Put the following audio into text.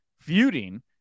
feuding